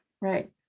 Right